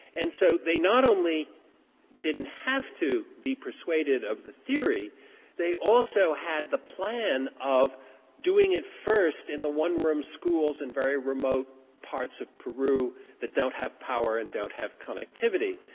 and so they not only didn't have to be persuaded of the theory they also had the plan of doing it first in the one room schools in very remote parts of peru that don't have power and don't have connectivity.